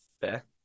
Fair